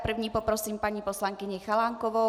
První poprosím paní poslankyni Chalánkovou.